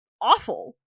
awful